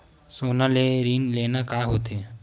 सोना ले ऋण लेना का होथे?